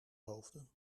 hoofden